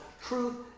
truth